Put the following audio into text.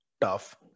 tough